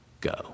go